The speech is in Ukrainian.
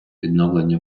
відновлення